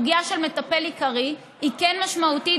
הסוגיה של מטפל עיקרי היא כן משמעותית